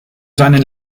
seinen